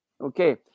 Okay